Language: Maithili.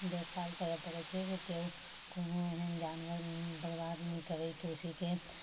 देखभाल करऽ पड़ैत छै से केओ कोनो एहन जानवर बरबाद नहि करै कृषिके